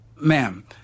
Ma'am